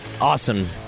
awesome